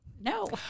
No